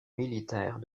militaire